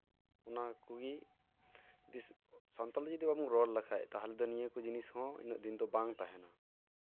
ᱚᱱᱟ ᱠᱚᱜᱮ ᱥᱟᱱᱛᱟᱲᱤ ᱡᱩᱫᱤ ᱵᱟᱵᱚ ᱨᱚᱲ ᱞᱮᱠᱷᱟᱡ ᱛᱟᱦᱚᱞᱮ ᱫᱚ ᱱᱤᱭᱟᱹ ᱠᱚ ᱡᱤᱱᱤᱥ ᱦᱚᱸ ᱩᱱᱟᱹᱜ ᱫᱤᱱ ᱵᱟᱝ ᱛᱟᱦᱮᱱᱟ